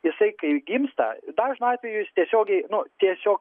jisai kaip gimsta dažnu atveju jis tiesiogiai nu tiesiog